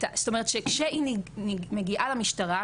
זאת אומרת שכשהיא מגיעה למשטרה,